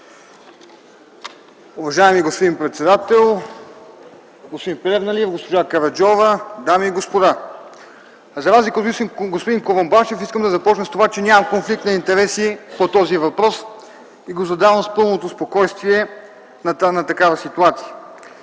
Благодаря, господин председател. Господин Плевнелиев, госпожо Караджова, дами и господа! За разлика от господин Курумбашев искам да започна с това, че нямам конфликт на интереси по този въпрос и го задавам с пълното спокойствие на тази ситуация.